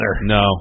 No